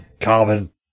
carbon